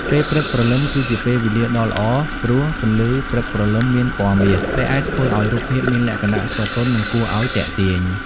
ពេលព្រឹកព្រលឹមគឺជាវេលាដ៏ល្អព្រោះ ពន្លឺព្រឹកព្រលឹមមានពណ៌មាស ដែលអាចធ្វើឲ្យរូបភាពមានលក្ខណៈស្រទន់ និងគួរឲ្យទាក់ទាញ។